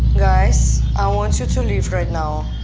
guys, i want you to leave right now.